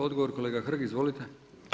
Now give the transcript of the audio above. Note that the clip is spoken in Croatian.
Odgovor kolega Hrg, izvolite.